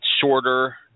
shorter